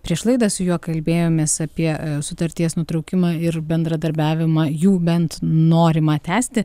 prieš laidą su juo kalbėjomės apie sutarties nutraukimą ir bendradarbiavimą jų bent norimą tęsti